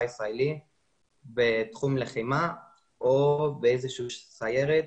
הישראלי בתחום הלחימה או באיזושהי סיירת.